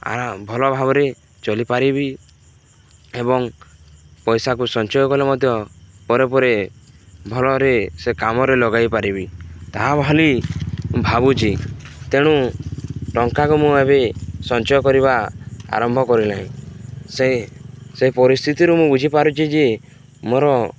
ଆ ଭଲ ଭାବରେ ଚଳିପାରିବି ଏବଂ ପଇସାକୁ ସଞ୍ଚୟ କଲେ ମଧ୍ୟ ପରେ ପରେ ଭଲରେ ସେ କାମରେ ଲଗାଇ ପାରିବି ତାହା ଭଲି ଭାବୁଛି ତେଣୁ ଟଙ୍କାକୁ ମୁଁ ଏବେ ସଞ୍ଚୟ କରିବା ଆରମ୍ଭ କରି ନାହିଁ ସେ ସେ ପରିସ୍ଥିତିରୁ ମୁଁ ବୁଝିପାରୁଛି ଯେ ମୋର